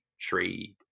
trade